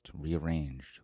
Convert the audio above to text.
rearranged